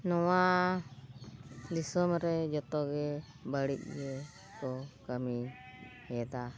ᱱᱚᱣᱟ ᱫᱤᱥᱚᱢ ᱨᱮ ᱡᱚᱛᱚᱜᱮ ᱵᱟᱹᱲᱤᱡ ᱜᱮᱠᱚ ᱠᱟᱹᱢᱤ ᱮᱫᱟ